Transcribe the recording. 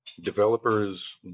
Developers